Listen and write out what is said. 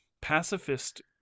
pacifist